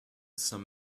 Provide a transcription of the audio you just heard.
some